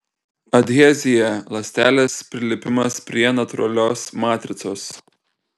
adhezija ląstelės prilipimas prie natūralios matricos